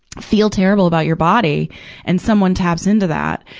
feel terrible about your body and someone taps into that,